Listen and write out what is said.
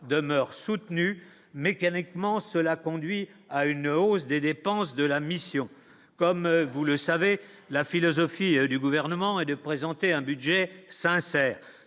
demeure soutenue mécaniquement, cela conduit à une hausse des dépenses de la mission, comme vous le savez la philosophie du gouvernement et de présenter un budget sincère,